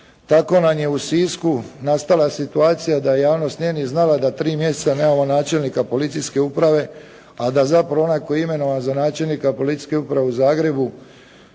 tako nam je u Sisku nastala situacija da javnost nije ni znala da tri mjeseca nemamo načelnika policijske uprave a da zapravo onaj koji je imenovan za načelnika policijske uprave u Zagrebu,